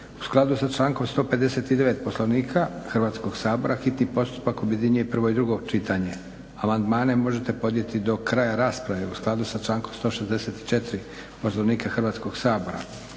U skladu sa člankom 159. Poslovnika Hrvatskog sabora hitni postupak objedinjuje prvo i drugo čitanje. Amandmane možete podnijeti do kraja rasprave u skladu sa člankom 164. Poslovnika Hrvatskog sabora.